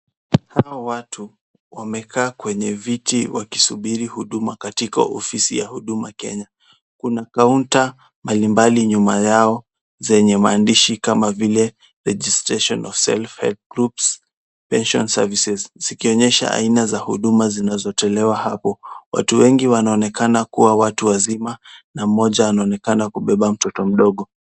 Hawa watu wamekaa kwenye viti wakisubiri huduma katika ofisi ya huduma Kenya. Kuna kaunta mbali mbali nyuma yao zenye maandishi kama vile registration of self help groups, pension services zikionyesha aina za huduma zinazotolewa hapo. Watu wengi wanaonekana kuwa watu wazima na mmoja anaonekana kubeba mtoto mdogo.